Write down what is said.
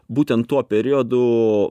būtent tuo periodu